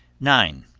nine.